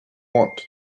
want